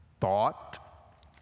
thought